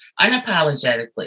unapologetically